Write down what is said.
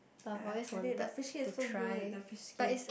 I I've had it the fish skin is so good the fish skin